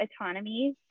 autonomy